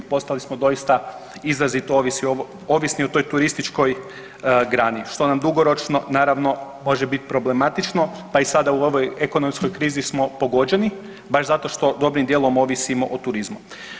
Postali smo doista izrazito ovisni o toj turističkoj grani što nam dugoročno naravno može biti problematično pa i sada u ovoj ekonomskoj krizi smo pogođeni baš zato što dobrim dijelom ovisimo o turizmu.